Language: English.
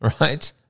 Right